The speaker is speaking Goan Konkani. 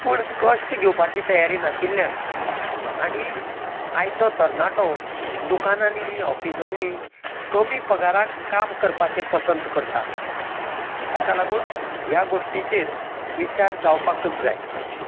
पूण कश्ट घेवपाची तयारी नाशिल्ल्यान आनी आयचो तरणाटो दुकानांनी ऑफिसांनी कमी पगाराक काम करपाचे पसंत करता ताका लागून ह्या गोश्टीचेर विचार जावपाकच जाय